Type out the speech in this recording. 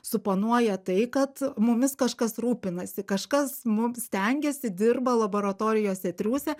suponuoja tai kad mumis kažkas rūpinasi kažkas mums stengiasi dirba laboratorijose triūsia